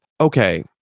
okay